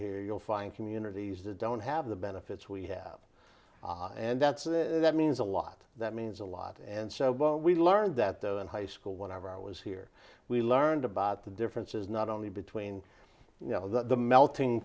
here you'll find communities that don't have the benefits we have and that's it that means a lot that means a lot and so well we learned that though in high school whenever i was here we learned about the differences not only between you know the melting